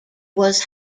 was